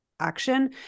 action